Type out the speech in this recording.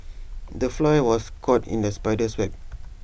the fly was caught in the spider's web